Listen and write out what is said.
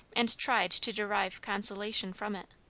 and tried to derive consolation from it.